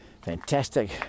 fantastic